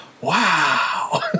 wow